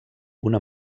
una